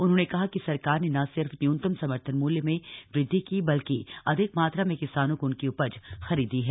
उन्होंने कहा कि सरकार ने न सिर्फ न्यूनतम समर्थन मूल्य में वृद्धि की बल्कि अधिक मात्रा में किसानों से उनकी उपज खरीदी है